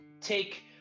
take